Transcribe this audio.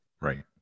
right